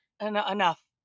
Enough